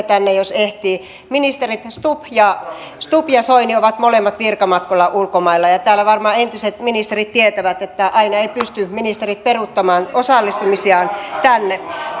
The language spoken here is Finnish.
tänne jos ehtii ministerit stubb ja soini ovat molemmat virkamatkoilla ulkomailla ja ja täällä varmaan entiset ministerit tietävät että aina eivät pysty ministerit peruuttamaan ja osallistumaan tänne